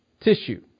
tissue